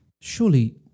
surely